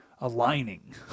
aligning